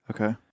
Okay